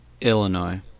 Illinois